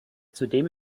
zudem